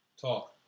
Talk